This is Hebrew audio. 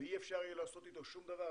ואי אפשר יהיה לעשות אתו שום דבר.